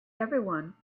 everyone